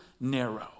narrow